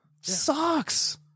sucks